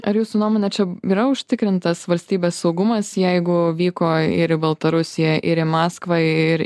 ar jūsų nuomone čia yra užtikrintas valstybės saugumas jeigu vyko ir į baltarusiją ir į maskvą ir